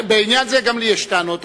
בעניין זה גם לי יש טענות.